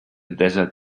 desert